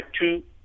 two